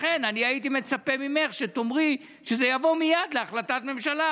לכן אני הייתי מצפה ממך שתאמרי שזה יבוא מייד להחלטת ממשלה.